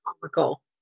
comical